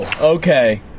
okay